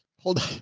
hold on.